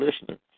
listening